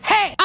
Hey